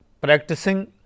practicing